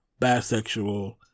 bisexual